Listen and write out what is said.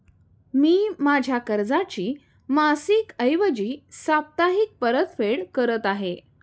मी माझ्या कर्जाची मासिक ऐवजी साप्ताहिक परतफेड करत आहे